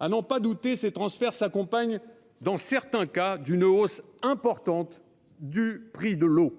À n'en pas douter, ces transferts s'accompagneraient dans certains cas d'une hausse importante du prix de l'eau